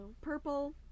purple